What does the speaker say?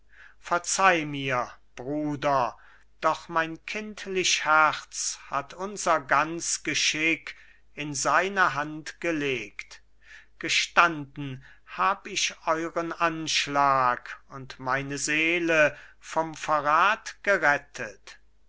verzeih mir bruder doch mein kindlich herz hat unser ganz geschick in seine hand gelegt gestanden hab ich euern anschlag und meine seele vom verrath gerettet